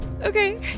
Okay